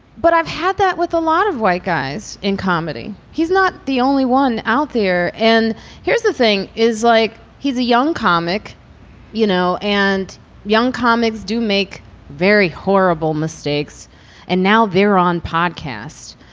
but i've had that with a lot of white guys in comedy. he's not the only one out there and here's the thing is like he's a young comic you know and young comics do make very horrible mistakes and now they're on podcast.